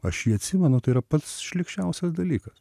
aš jį atsimenu tai yra pats šlykščiausias dalykas